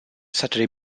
saturday